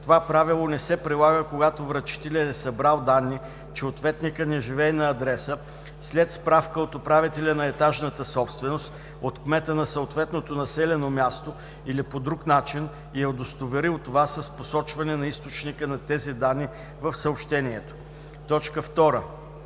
Това правило не се прилага, когато връчителят е събрал данни, че ответникът не живее на адреса, след справка от управителя на етажната собственост, от кмета на съответното населено място или по друг начин и е удостоверил това с посочване на източника на тези данни в съобщението.“ 2.